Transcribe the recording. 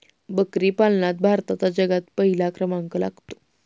बकरी पालनात भारताचा जगात पहिला क्रमांक लागतो